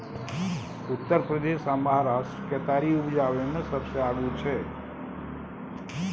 उत्तर प्रदेश आ महाराष्ट्र केतारी उपजाबै मे सबसे आगू छै